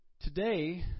Today